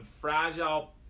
fragile